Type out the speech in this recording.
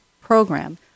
program